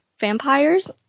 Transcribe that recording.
vampires